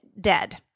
dead